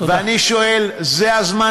ואני שואל: זה הזמן?